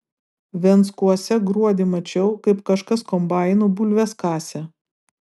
venckuose gruodį mačiau kaip kažkas kombainu bulves kasė